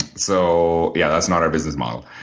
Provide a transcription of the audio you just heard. so yeah that's not our business model,